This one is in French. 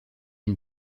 une